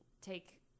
take